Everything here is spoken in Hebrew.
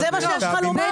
זה מה שיש לך לומר?